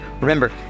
Remember